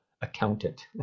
accountant